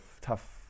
tough